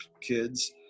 kids